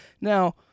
Now